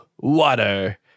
water